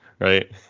right